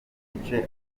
n’igice